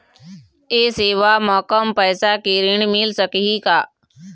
ये सेवा म कम पैसा के ऋण मिल सकही का?